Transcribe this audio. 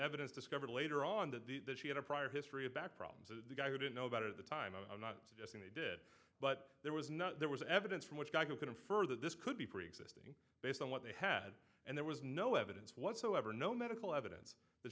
evidence discovered later on that she had a prior history of back problems a guy who didn't know about it at the time i'm not suggesting they did but there was no there was evidence from which geico can infer that this could be preexisting based on what they had and there was no evidence whatsoever no medical evidence that